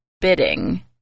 bidding